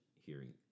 hearing